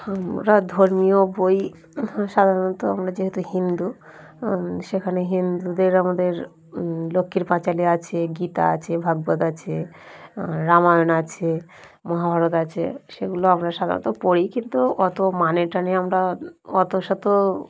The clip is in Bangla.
আমরা ধর্মীয় বই সাধারণত আমরা যেহেতু হিন্দু সেখানে হিন্দুদের আমাদের লক্ষ্মীর পাঁচালী আছে গীতা আছে ভগবত আছে রামায়ণ আছে মহাভারত আছে সেগুলো আমরা সাধারণত পড়ি কিন্তু অত মানে টানে আমরা অত শত